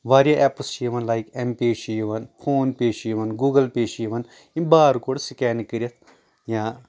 واریاہ ایپٕس چھِ یِوان لایِک اٮ۪م پے چھ یِوان فون پے چھِ یِوان گوٗگٕل پے چھِ یِوان یِم بار کوڈ سکین کٔرتھ یا